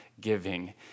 giving